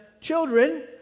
children